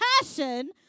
passion